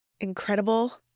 incredible